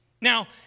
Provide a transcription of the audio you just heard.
Now